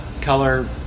color